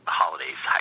holidays